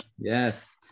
Yes